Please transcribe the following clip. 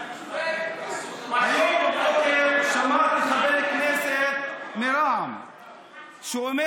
היום בבוקר שמעתי חבר כנסת מרע"מ שאומר